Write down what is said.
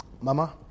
Mama